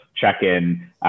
check-in